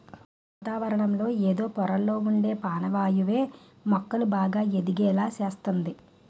వాతావరణంలో ఎదో పొరల్లొ ఉండే పానవాయువే మొక్కలు బాగా ఎదిగేలా సేస్తంది